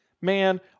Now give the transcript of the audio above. Man